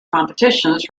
competitions